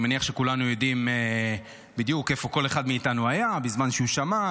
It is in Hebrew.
אני מניח שכולנו יודעים בדיוק איפה כל אחד היה בזמן שהוא שמע,